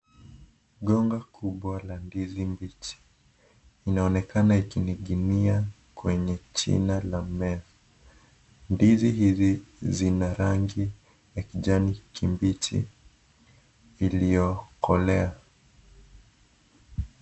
Mgomba kubwa wa ndizi mbichi inaonekana ikining'inia kwenye shina la mmea ndizi hizi zina rangi ya kijani kibichi iliyokolea.